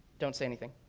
don't say anything.